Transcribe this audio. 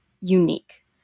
unique